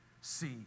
see